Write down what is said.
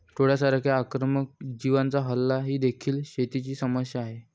टोळांसारख्या आक्रमक जीवांचा हल्ला ही देखील शेतीची समस्या आहे